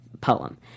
poem